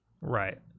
Right